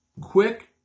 quick